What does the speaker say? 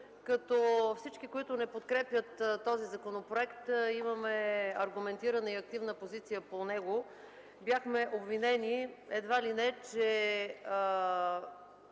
като всички, които не подкрепят този законопроект и имаме аргументирана и активна позиция по него, бяхме обвинени едва ли не, че